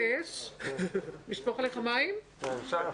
הישיבה ננעלה בשעה